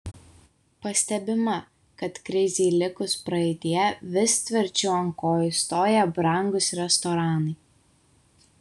pastebima kad krizei likus praeityje vis tvirčiau ant kojų stoja brangūs restoranai